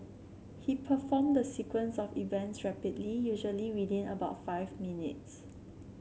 he performed the sequence of events rapidly usually within about five minutes